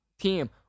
team